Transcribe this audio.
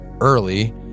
early